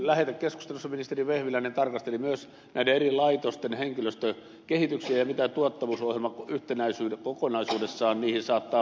lähetekeskustelussa ministeri vehviläinen tarkasteli myös näiden eri laitosten henkilöstön kehitystä ja sitä mitä tuottavuusohjelma kokonaisuudessaan siihen saattaa vaikuttaa